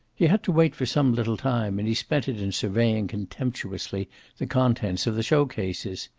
he had to wait for some little time, and he spent it in surveying contemptuously the contents of the show-cases.